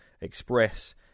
express